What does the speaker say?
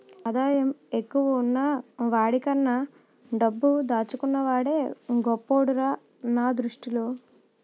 ఆదాయం ఎక్కువున్న వాడికన్నా డబ్బు దాచుకున్న వాడే గొప్పోడురా నా దృష్టిలో